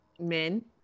men